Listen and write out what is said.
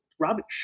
rubbish